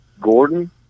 Gordon